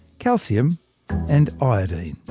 calcium and iodine.